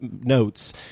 notes